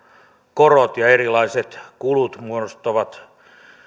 korot ja erilaiset kulut muodostavat